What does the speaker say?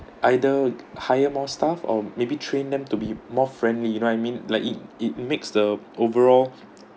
either hire more staff or maybe train them to be more friendly you know I mean like it it makes the overall